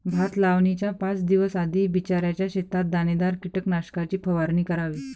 भात लावणीच्या पाच दिवस आधी बिचऱ्याच्या शेतात दाणेदार कीटकनाशकाची फवारणी करावी